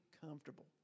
comfortable